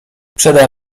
przede